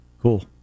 Cool